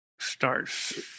starts